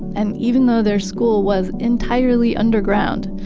and even though their school was entirely underground,